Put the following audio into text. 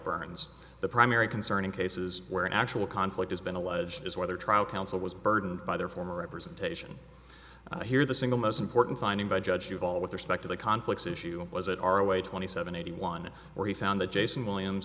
burns the primary concern in cases where an actual conflict has been alleged is whether a trial counsel was burdened by their former representation here the single most important finding by judge of all with respect to the conflicts issue was it our way twenty seven eighty one where he found the jason williams